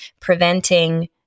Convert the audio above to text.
preventing